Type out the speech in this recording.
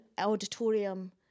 auditorium